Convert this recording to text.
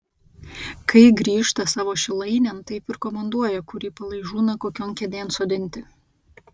kai grįžta savo šilainėn taip ir komanduoja kurį palaižūną kokion kėdėn sodinti